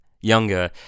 younger